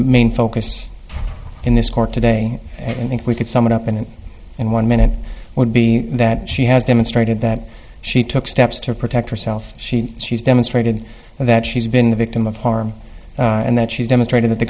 main focus in this court today i think we could sum it up and in one minute would be that she has demonstrated that she took steps to protect herself she she's demonstrated that she's been the victim of harm and that she's demonstrated th